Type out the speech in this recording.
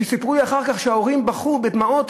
וסיפרו לי אחר כך שההורים בכו בדמעות,